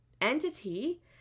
entity